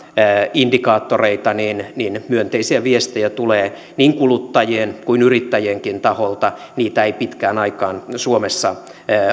indikaattoreita niin niin myönteisiä viestejä tulee niin kuluttajien kuin yrittäjienkin taholta niitä ei pitkään aikaan suomessa